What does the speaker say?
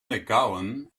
mcgowan